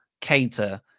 cater